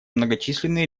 многочисленные